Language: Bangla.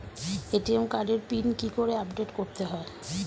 এ.টি.এম কার্ডের পিন কি করে আপডেট করতে হয়?